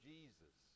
Jesus